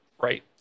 right